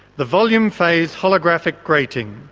the volume phase holographic grating,